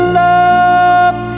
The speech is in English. love